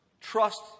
trust